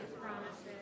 promises